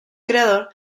creador